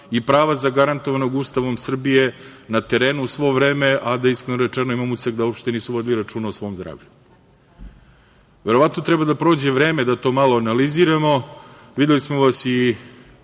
i prava zagarantovanog Ustavom Republike Srbije na terenu sve vreme, a da iskreno rečeno, imam utisak da uopšte nisu vodili računa o svom zdravlju. Verovatno treba da prođe vreme da to malo analiziramo. Videli smo vas i